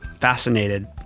fascinated